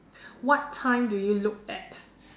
what time do you look at